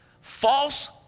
false